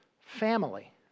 family